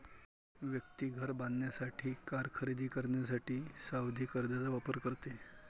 व्यक्ती घर बांधण्यासाठी, कार खरेदी करण्यासाठी सावधि कर्जचा वापर करते